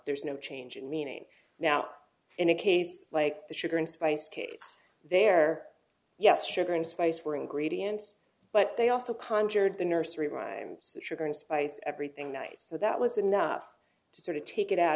there's no change in meaning now in a case like the sugar and spice case they're yes sugar and spice were in gradients but they also conjured the nursery rhymes with sugar and spice everything night so that was enough to sort of take it out